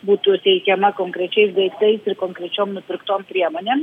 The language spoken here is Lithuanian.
būtų teikiama konkrečiais daiktais ir konkrečiom nupirktom priemonėm